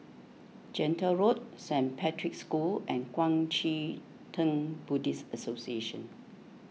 Gentle Road Saint Patrick's School and Kuang Chee Tng Buddhist Association